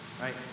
right